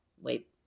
Wait